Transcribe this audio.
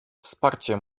wsparcie